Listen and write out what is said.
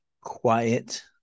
quiet